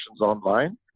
online